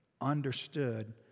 understood